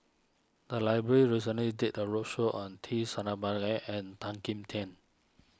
the library recently did a roadshow on T Sasitharan and Tan Kim Tian